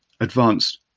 advanced